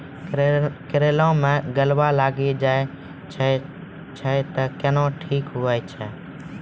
करेला मे गलवा लागी जे छ कैनो ठीक हुई छै?